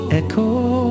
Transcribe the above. echo